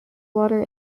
water